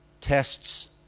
tests